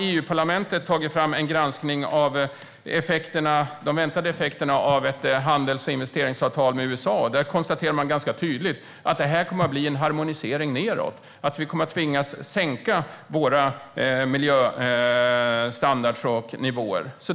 EU-parlamentet har tagit fram en granskning av de väntade effekterna av ett handels och investeringsavtal med USA, och där konstaterar man ganska tydligt att det här kommer att innebära en harmonisering nedåt, alltså att vi kommer att tvingas sänka våra miljöstandarder och nivåer.